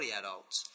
adults